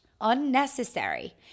unnecessary